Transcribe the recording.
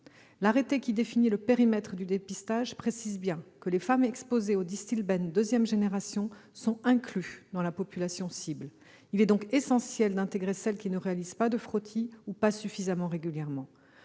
L'arrêté qui définit le périmètre du dépistage précise bien que la deuxième génération des femmes exposées au Distilbène est incluse dans la population cible. Il est donc essentiel d'intégrer celles qui ne réalisent pas de frottis ou pas suffisamment régulièrement.